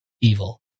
evil